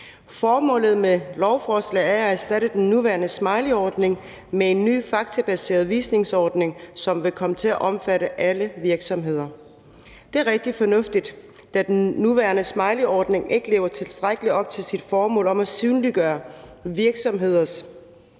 Formålet med lovforslaget er at erstatte den nuværende smileyordning med en ny, faktabaseret visningsordning, som vil komme til at omfatte alle virksomheder. Det er rigtig fornuftigt, da den nuværende smileyordning ikke lever tilstrækkeligt op til sit formål om at synliggøre virksomheders